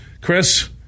Chris